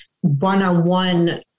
one-on-one